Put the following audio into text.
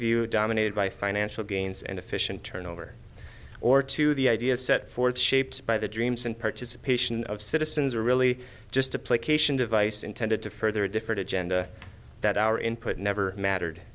view dominated by financial gains and efficient turnover or to the ideas set forth shaped by the dreams and participation of citizens are really just a placation device intended to further a different agenda that our input never mattered